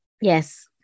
Yes